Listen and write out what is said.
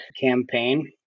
campaign